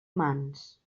mans